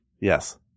yes